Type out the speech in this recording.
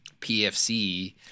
pfc